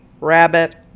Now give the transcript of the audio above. rabbit